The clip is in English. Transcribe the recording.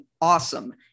awesome